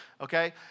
okay